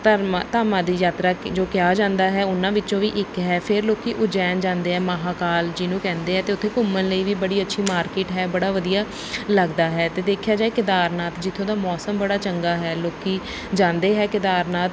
ਧਰਮਾਂ ਧਾਮਾਂ ਦੀ ਯਾਤਰਾ ਕਿ ਜੋ ਕਿਹਾ ਜਾਂਦਾ ਹੈ ਉਹਨਾਂ ਵਿੱਚੋਂ ਵੀ ਇੱਕ ਹੈ ਫਿਰ ਲੋਕ ਉਜੈਨ ਜਾਂਦੇ ਆ ਮਹਾਕਾਲ ਜਿਹਨੂੰ ਕਹਿੰਦੇ ਆ ਅਤੇ ਉੱਥੇ ਘੁੰਮਣ ਲਈ ਵੀ ਬੜੀ ਅੱਛੀ ਮਾਰਕੀਟ ਹੈ ਬੜਾ ਵਧੀਆ ਲੱਗਦਾ ਹੈ ਅਤੇ ਦੇਖਿਆ ਜਾਏ ਕੈਦਾਰਨਾਥ ਜਿੱਥੋਂ ਦਾ ਮੌਸਮ ਬੜਾ ਚੰਗਾ ਹੈ ਲੋਕ ਜਾਂਦੇ ਹੈ ਕੈਦਾਰਨਾਥ